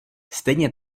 stejně